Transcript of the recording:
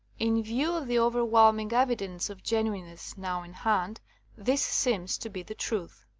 in view of the overwhelming evi dence of genuineness now in hand this seems to be the truth.